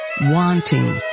wanting